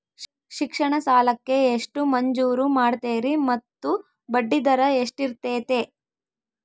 ಶಿಕ್ಷಣ ಸಾಲಕ್ಕೆ ಎಷ್ಟು ಮಂಜೂರು ಮಾಡ್ತೇರಿ ಮತ್ತು ಬಡ್ಡಿದರ ಎಷ್ಟಿರ್ತೈತೆ?